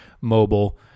Mobile